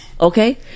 Okay